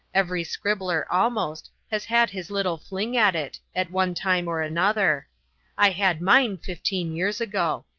every scribbler, almost, has had his little fling at it, at one time or another i had mine fifteen years ago.